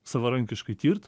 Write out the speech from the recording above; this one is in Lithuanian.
savarankiškai tirt